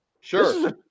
Sure